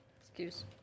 Excuse